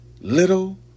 little